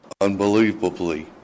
unbelievably